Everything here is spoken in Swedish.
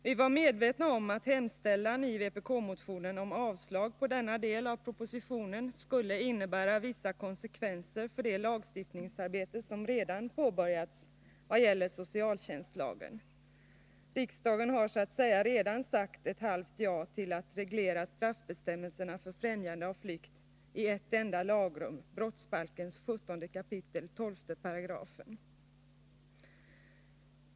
Vi var medvetna om att hemställan i vpk-motionen om avslag på denna del av propositionen skulle innebära vissa konsekvenser för det lagstiftningsarbete som redan påbörjats och som gäller socialtjänstlagen. Riksdagen har så att säga redan sagt ett halvt ja till att reglera straffbestämmelserna för främjande av flykt i ett enda lagrum, brottsbalkens 17 kap. 12 §.